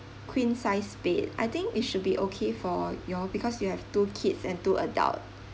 queen size bed I think it should be okay for you all because you have two kids and two adult